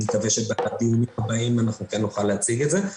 אני מקווה שבדיונים הבאים נוכל להציג את זה.